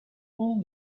all